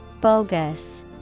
Bogus